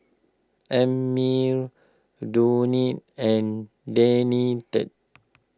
Ammie Dione and Danette